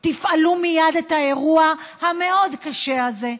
תפעלו מייד את האירוע המאוד-קשה הזה,